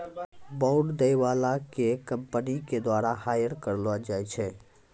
bond दै बाला के कंपनी के द्वारा हायर करलो जाय छै